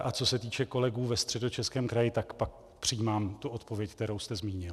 A co se týče kolegů ve Středočeském kraji, tak pak přijímám tu odpověď, kterou jste zmínil.